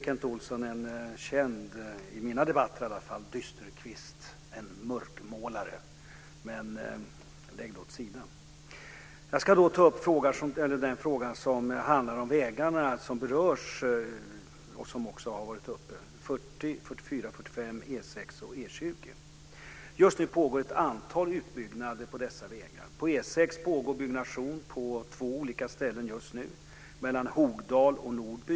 Kent Olsson är en i mina debatter känd dysterkvist, en mörkmålare. Lägg det åt sidan. Jag ska ta upp den fråga som berör vägarna 40, 44, 45, E 6 och E 20. Just nu pågår ett antal utbyggnader på dessa vägar. På E 6 byggs det just nu på två ställen, mellan Hogdal och Nordby.